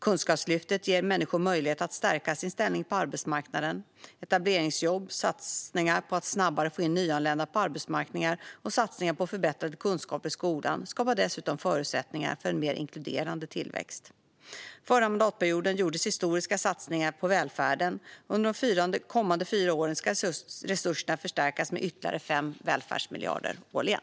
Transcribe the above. Kunskapslyftet ger människor möjlighet att stärka sin ställning på arbetsmarknaden. Etableringsjobb, satsningar på att snabbare få in nyanlända på arbetsmarknaden och satsningar på förbättrade kunskaper i skolan skapar dessutom förutsättningar för en mer inkluderande tillväxt. Förra mandatperioden gjordes historiska satsningar på välfärden. Under de kommande fyra åren ska resurserna förstärkas med ytterligare fem välfärdsmiljarder årligen.